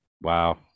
Wow